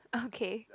okay